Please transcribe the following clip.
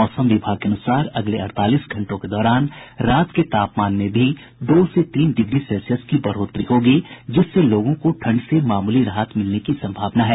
मौसम विभाग के अनुसार अगले अड़तालीस घंटों के दौरान रात के तापमान में भी दो से तीन डिग्री सेल्सियस की बढ़ोतरी होगी जिससे लोगों को ठंड से मामूली राहत मिलने की संभावना है